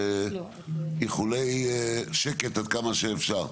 איחולי שקט עד כמה שאפשר.